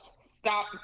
stop